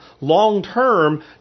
long-term